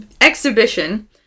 exhibition